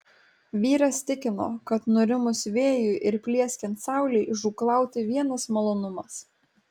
vyras tikino kad nurimus vėjui ir plieskiant saulei žūklauti vienas malonumas